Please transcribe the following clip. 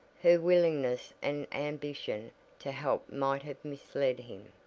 her willingness and ambition to help might have misled him,